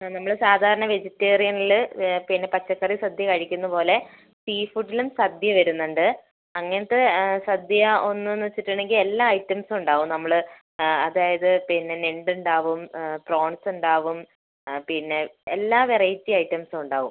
ആ നമ്മൾ സാധാരണ വെജിറ്റേറിയനിൽ പിന്നെ പച്ചക്കറി സദ്യ കഴിക്കുന്നപോലെ സീ ഫുഡിലും സദ്യ വരുന്നുണ്ട് അങ്ങനത്തെ സദ്യ ഒന്നെന്നു വെച്ചിട്ടുണ്ടെങ്കിൽ എല്ലാ ഐറ്റംസും ഉണ്ടാവും നമ്മൾ അതായത് പിന്നെ ഞണ്ടുണ്ടാവും പ്രോൺസ് ഉണ്ടാവും പിന്നെ എല്ലാ വെറൈറ്റി ഐറ്റംസും ഉണ്ടാവും